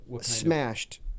Smashed